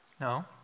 No